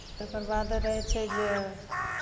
तकर बाद रहै छै जे